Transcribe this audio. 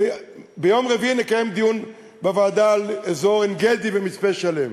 ביום רביעי נקיים דיון בוועדה על אזור עין-גדי ומצפה-שלם.